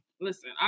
listen